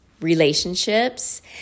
relationships